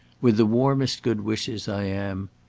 with the warmest good wishes, i am,